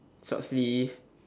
short sleeve